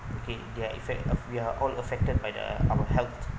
okay their effect uh we are all affected by the our health